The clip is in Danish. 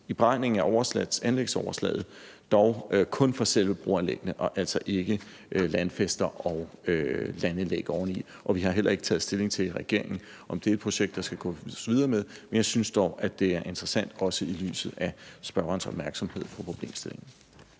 I beregningen er anlægsoverslaget dog kun for selve broanlæggene og altså ikke landfæster og landanlæg oveni, og vi har i regeringen heller ikke taget stilling til, om det er et projekt, der skal gås videre med, men jeg synes dog, at det er interessant, også i lyset af spørgerens opmærksomhed på problemstillingen.